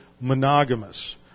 monogamous